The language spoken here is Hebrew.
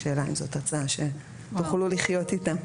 השאלה אם זאת הצעה שתוכלו לחיות איתה.